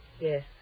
Yes